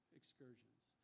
excursions